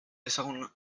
ezaguna